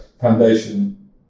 foundation